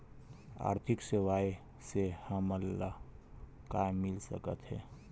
आर्थिक सेवाएं से हमन ला का मिल सकत हे?